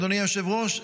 אדוני היושב-ראש,